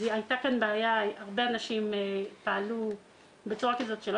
הייתה כאן בעיה והרבה אנשים פעלו בצורה כזאת שלא